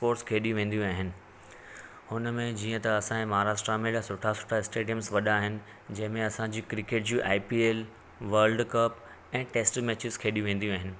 sports खेॾियूं वेंदियूं आहिनि हुन में जीअं त असांजे महाराष्ट में हेॾा सुठा सुठा इस्टेडियम वॾा आहिनि जिंहिं में असांजी क्रिकेट जियूं आईपियल वल्डकप ए टेस्युमेचियुस खेॾियूं वेंदियूं आहिनि